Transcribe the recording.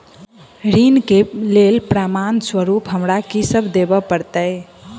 ऋण केँ लेल प्रमाण स्वरूप हमरा की सब देब पड़तय?